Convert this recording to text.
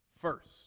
first